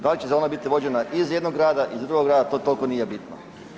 Da li će ona biti vođena iz jednog grada, iz drugog grada to toliko nije bitno.